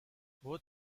both